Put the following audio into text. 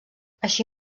així